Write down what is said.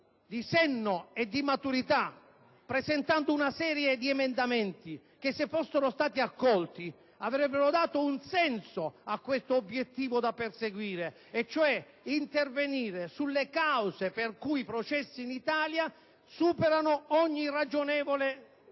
di senno e di maturità presentando una serie di emendamenti che, se fossero stati accolti, avrebbero dato un senso a questo obiettivo, intervenendo sulle cause per le quali i processi in Italia superano una tempistica ragionevole.